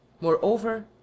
moreover